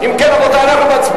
להלן: